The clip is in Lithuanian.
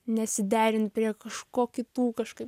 nesiderint prie kažko kitų kažkaip